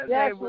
Yes